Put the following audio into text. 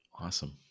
Awesome